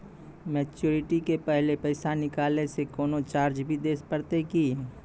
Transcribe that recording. Maturity के पहले पैसा निकालै से कोनो चार्ज भी देत परतै की?